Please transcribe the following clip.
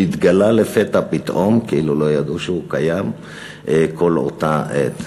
שהתגלה לפתע פתאום כאילו לא ידעו שהוא קיים כל אותה עת.